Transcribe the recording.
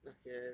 那些